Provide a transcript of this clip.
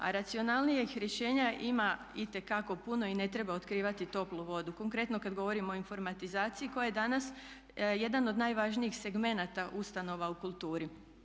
A racionalnijih rješenja ima itekako puno i ne treba otkrivati toplu vodu konkretno kada govorimo o informatizaciji koja je danas jedan od najvažnijih segmenata ustanova u kulturi.